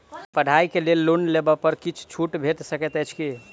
पढ़ाई केँ लेल लोन लेबऽ पर किछ छुट भैट सकैत अछि की?